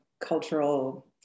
cultural